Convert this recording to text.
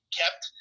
kept